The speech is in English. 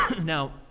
Now